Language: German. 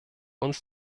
uns